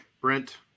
Brent